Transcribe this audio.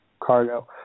Cargo